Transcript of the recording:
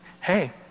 Hey